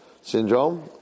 syndrome